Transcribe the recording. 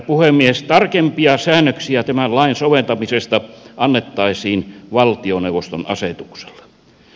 tarkempia säännöksiä tämän lain soveltamisesta annettaisiin valtioneuvoston asetuksella